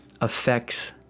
affects